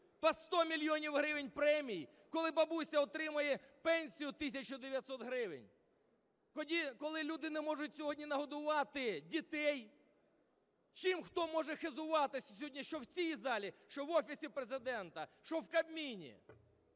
по 100 мільйонів гривень премій, коли бабуся отримує пенсію 1900 гривень? Коли люди не можуть сьогодні нагодувати дітей. Чим хто може хизуватися сьогодні що в цій залі, що в Офісі Президента, що в Кабміні?